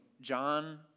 John